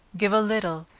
give a little,